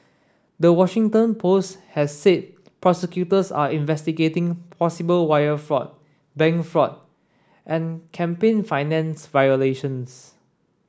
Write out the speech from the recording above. the Washington Post has said prosecutors are investigating possible wire fraud bank fraud and campaign finance violations